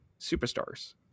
superstars